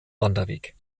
wanderweg